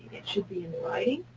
should be in writing,